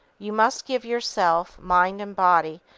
you must give yourself, mind and body,